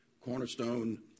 Cornerstone